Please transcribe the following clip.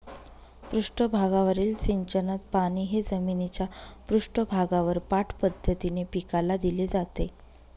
पृष्ठभागावरील सिंचनात पाणी हे जमिनीच्या पृष्ठभागावर पाठ पद्धतीने पिकाला दिले जाते